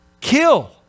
kill